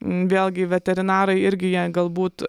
vėlgi veterinarai irgi jie galbūt